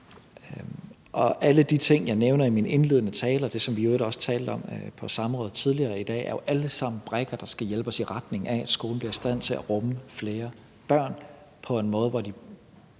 Og alle de ting, jeg nævnte i min indledende tale, og det, som vi i øvrigt også talte om på samrådet tidligere i dag, er jo alle sammen brikker, der skal hjælpe os i retning af, at skolen bliver i stand til at rumme flere børn på en måde, hvor de